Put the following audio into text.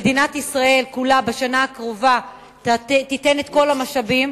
הקרובה מדינת ישראל כולה תיתן לו את כל המשאבים,